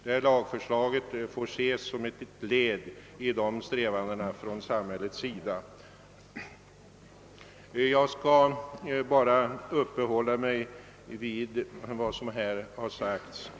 Detta lagförslag får ses som ett led i sådana strävanden från samhällets sida. Jag skall begränsa mig till några kommentarer till reservationen.